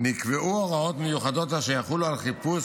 לכך נקבעו הוראות מיוחדות אשר יחולו על חיפוש